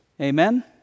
Amen